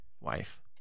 wife